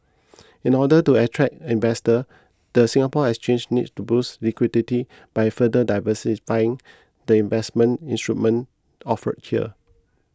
in order to attract investor the Singapore Exchange needs to boost liquidity by further diversifying the investment instrument offered here